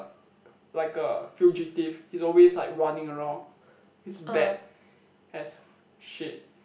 like a fugitive he's always like running around he's bad as shit